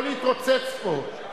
סעיפים 9 26 נתקבלו.